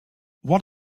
what